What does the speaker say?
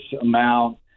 amount